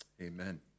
Amen